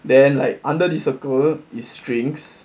then like under the circle is strings